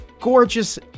gorgeous